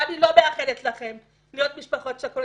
ואני לא מאחלת לכם להיות משפחות שכולות,